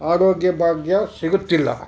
ಆರೋಗ್ಯ ಭಾಗ್ಯ ಸಿಗುತ್ತಿಲ್ಲ